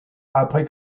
après